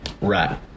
Right